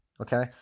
okay